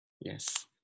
Yes